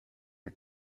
are